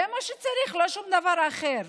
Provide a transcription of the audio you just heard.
זה מה שצריך, לא שום דבר אחר.